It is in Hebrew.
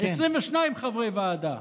22 חברי ועדה.